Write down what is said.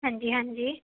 ਹਾਂਜੀ ਹਾਂਜੀ